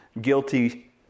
guilty